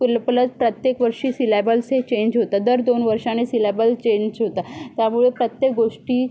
पल परत प्रत्येक वर्षी सिलॅबल्स हे चेंज होतात दर दोन वर्षाने सिलॅबल चेंज होता त्यामुळे प्रत्येक गोष्टी